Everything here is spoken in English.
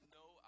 no